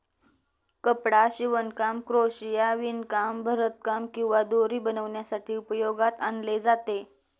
कपडा शिवणकाम, क्रोशिया, विणकाम, भरतकाम किंवा दोरी बनवण्यासाठी उपयोगात आणले जाते